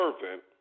servant